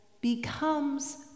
becomes